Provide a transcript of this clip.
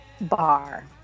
bar